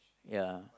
ya